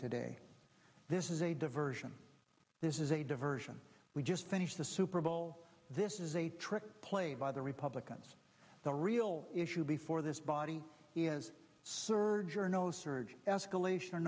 today this is a diversion this is a diversion we just finished the superbowl this is a trick played by the republicans the real issue before this body is surge or no surge escalation